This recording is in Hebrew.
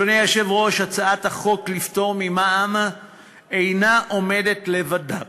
אדוני היושב-ראש הצעת החוק לפטור ממע"מ אינה עומדת לבדה